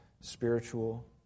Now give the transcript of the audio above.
spiritual